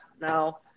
now